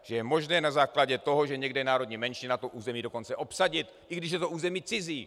Že je možné na základě toho, že někde je národní menšina, to území dokonce obsadit, i když je to území cizí!